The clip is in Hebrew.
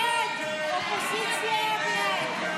ההסתייגויות לסעיף 24